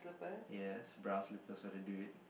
yes blouse slippers ought to do it